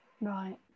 Right